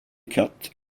katt